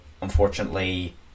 Unfortunately